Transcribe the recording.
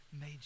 made